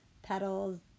petals